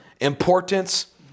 importance